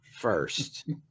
First